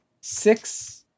six